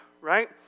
right